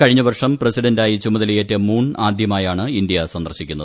കഴിഞ്ഞ് വർഷം പ്രസിഡന്റായി ചുമതലയേറ്റ മൂൺ ആദ്യമായാണ് ഇന്ത്യ സന്ദർശിക്കുന്നത്